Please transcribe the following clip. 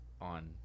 on